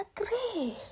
agree